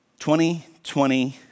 2020